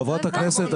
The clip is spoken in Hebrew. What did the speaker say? חברת הכנסת,